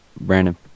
Brandon